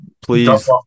Please